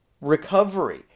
recovery